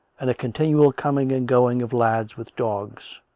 and a continual coming and going of lads with dogs